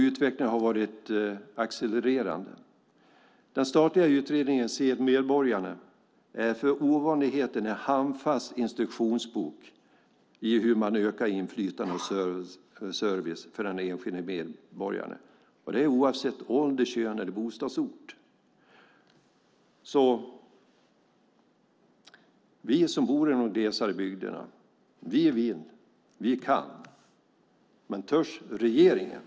Utvecklingen har varit accelererande. Den statliga utredningen Se medborgarna är för ovanlighetens skull en handfast instruktionsbok i hur man ökar inflytande och service för den enskilda medborgaren och detta oavsett ålder, kön eller bostadsort. Vi som bor i de glesare bygderna både vill och kan. Men törs regeringen?